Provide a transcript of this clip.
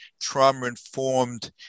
trauma-informed